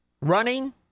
Running